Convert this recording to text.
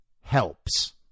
helps